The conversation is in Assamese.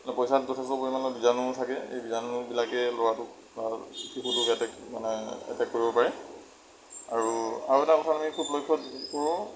পইচাত যথেষ্ট পৰিমাণৰ বীজাণু থাকে এই বীজাণুবিলাকে ল'ৰাটোক বা শিশুটোক এটেক মানে এটেক কৰিব পাৰে আৰু আৰু এটা কথাত আমি খুব লক্ষ্য কৰোঁ